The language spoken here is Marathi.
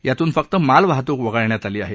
यातून फक्त मालवाहतूक वगळण्यात आली आहे